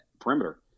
perimeter